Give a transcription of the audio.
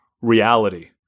reality